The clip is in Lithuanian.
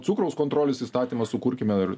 cukraus kontrolės įstatymą sukurkime ir